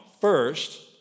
First